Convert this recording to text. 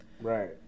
Right